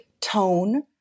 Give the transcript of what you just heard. tone